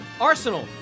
Arsenal